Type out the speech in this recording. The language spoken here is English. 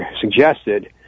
suggested